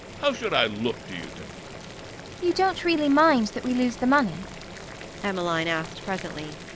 how should i look, do you think you don't really mind that we lose the money emmeline asked presently.